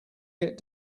get